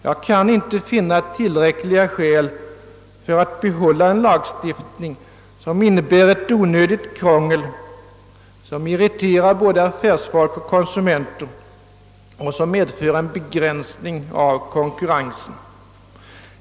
Jag kan inte finna tillräckliga skäl för att behålla en lagstiftning som innebär ett onödigt krångel, som irriterar både affärsfolk och konsumenter och som medför en begränsning av konkurrensen.